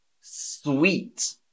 sweet